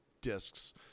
discs